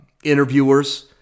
interviewers